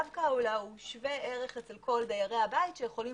הוא שווה ערך אצל כל דיירי הבית שיכולים